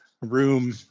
room